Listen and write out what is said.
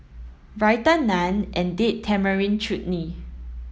Raita Naan and Date Tamarind Chutney